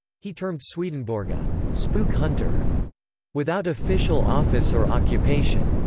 he termed swedenborg a spook hunter without official office or occupation.